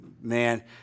man